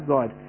God